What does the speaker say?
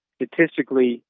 statistically